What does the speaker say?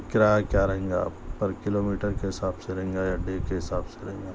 کرایہ کیا رہیں گا پر کلو میٹر کے حساب سے رہیں گا یا ڈے کے حساب سے رہیں گا